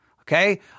okay